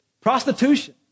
prostitution